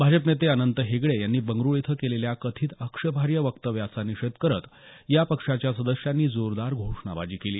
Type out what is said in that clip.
भाजप नेते अनंत हेगडे यांनी बंगळ्रू इथं केलेल्या कथित आक्षेपार्ह वक्तव्याचा निषेध करत या पक्षाच्या सदस्यांनी जोरदार घोषणाबाजी केली